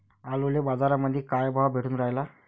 आलूले बाजारामंदी काय भाव भेटून रायला?